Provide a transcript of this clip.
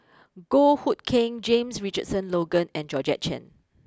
Goh Hood Keng James Richardson Logan and Georgette Chen